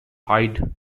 hide